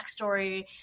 backstory